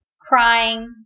Crying